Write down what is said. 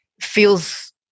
feels